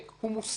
מוסרי,